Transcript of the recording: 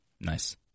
Nice